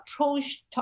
approach